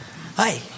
Hi